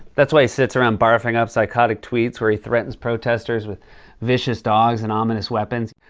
that's why he sits around barfing up psychotic tweets where he threatens protesters with vicious dogs and ominous weapons.